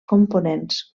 components